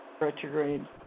Retrograde